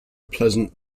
pleasant